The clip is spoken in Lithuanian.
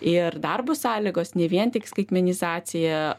ir darbo sąlygos ne vien tik skaitmenizacija